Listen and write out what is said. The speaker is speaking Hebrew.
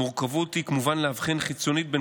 המורכבות היא כמובן להבחין חיצונית בין